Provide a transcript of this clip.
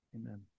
amen